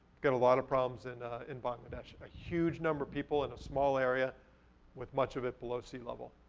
got a lot of problems and in bangladesh. a huge number of people in a small area with much of it below sea level.